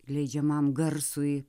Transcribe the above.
leidžiamam garsui